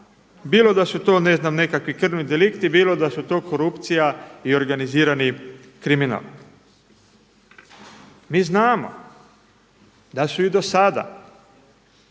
bilo da su to ne znam nekakvi krvi delikti, bilo da su to korupcija i organizirani kriminal. Mi znamo da su i do sada